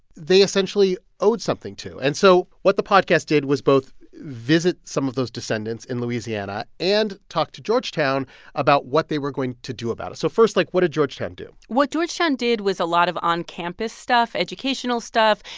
they essentially owed something to. and so what the podcast did was both visit some of those descendants in louisiana and talk to georgetown about what they were going to do about it. so first, like, what did georgetown do? what georgetown did was a lot of on-campus stuff, educational stuff.